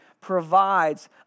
provides